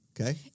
Okay